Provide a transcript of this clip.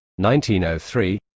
1903